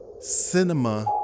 cinema